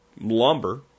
lumber